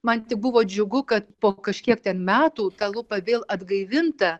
man buvo džiugu kad po kažkiek ten metų tą lupą vėl atgaivinta